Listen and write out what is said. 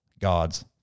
God's